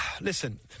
listen